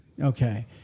Okay